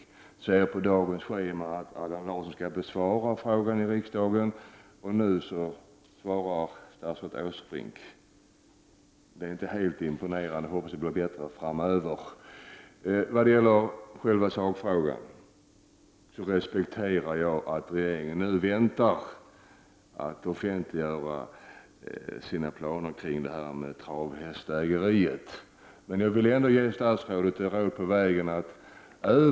Sedan ser jag på dagens föredragningslista att Allan Larsson skall besvara interpellationen, och nu svarar statsrådet Åsbrink. Det är inte helt imponerande. Jag hoppas att det blir bättre fram över. Vad gäller sakfrågan respekterar jag att regeringen nu väntar med att offentliggöra sina planer kring det här med travhästägeriet. Men jag vill ändå ge statsrådet ett råd på vägen.